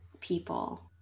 people